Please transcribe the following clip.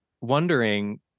wondering